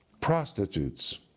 Prostitutes